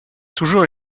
toujours